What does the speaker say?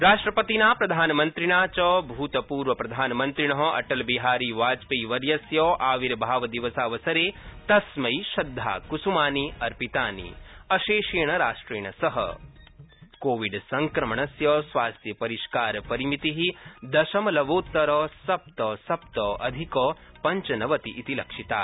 राष्ट्रपतिना प्रधानमन्त्रिणा च भूतपूर्वप्रधानमन्त्रिण अटलबिहारीवाजपेयीवर्यस्य आविर्भावदिवसावसरे तस्मै श्रद्धाक्समानि अर्पितानि अशेषेण राष्ट्रेण सहा कोविडसंक्रमणस्य स्वास्थ्यपरिष्कारपरिमिति दशमलवोत्तर सप्त सप्त अधिक पञ्चनवति इति लक्षिता